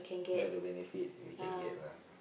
where are the benefit we can get lah